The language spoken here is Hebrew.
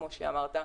כמו שאמרת,